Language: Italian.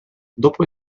dopo